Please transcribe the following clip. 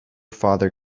father